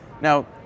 Now